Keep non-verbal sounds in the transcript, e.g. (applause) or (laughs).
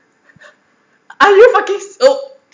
(laughs) are you fucking se~ !oops!